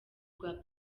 rwa